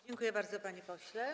Dziękuję bardzo, panie pośle.